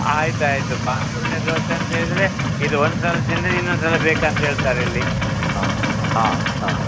ಆಯ್ತು ಆಯ್ತು ಭಾರಿ ಒಳ್ಳೆಯ ದೋಸೆ ಅಂತ ಹೇಳಿದರೆ ಇದು ಒಂದು ಸಲ ತಿಂದರೆ ಇನ್ನೊಂದ್ಸಲ ಬೇಕಂತ ಹೇಳ್ತಾರೆ ಇಲ್ಲಿ ಹಾಂ ಹಾಂ ಹಾಂ